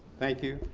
thank you.